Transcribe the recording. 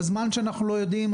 בזמן שאנחנו לא יודעים,